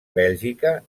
bèlgica